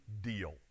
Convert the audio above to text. deal